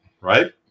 right